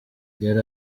yari